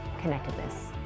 connectedness